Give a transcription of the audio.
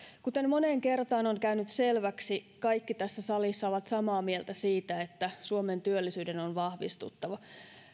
kuten moneen kertaan on käynyt selväksi kaikki tässä salissa ovat samaa mieltä siitä että suomen työllisyyden on vahvistuttava